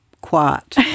Quiet